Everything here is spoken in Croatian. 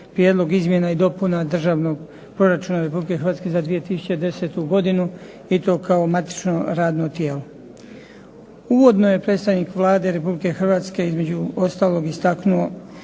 prijedlog izmjena i dopuna državnog proračuna Republike Hrvatske za 2010. godinu i to kao matično radno tijelo. Uvodno je predstavnik Vlade Republike Hrvatske između ostalog istaknuo